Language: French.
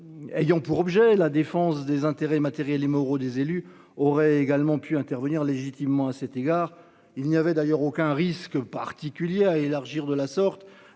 ayant pour objet la défense des intérêts matériels et moraux des élus auraient également pu intervenir légitimement à cet égard, il n'y avait d'ailleurs aucun risque particulier à élargir de la sorte,